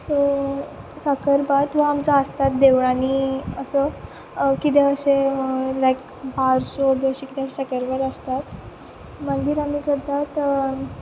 so साखरभात हो आमचो आसताच देवळांनी असो कितें अशें लायक बारसो बी अशें कितें आसता साखरभात आसताच मागीर आमी करतात